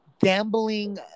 gambling